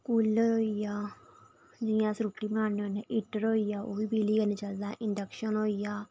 cooler होइया जि'यां अस रुट्टी बनान्ने होन्ने हीटर होइया ओह्बी बिजली कन्नै चलदा इंडक्शन होइया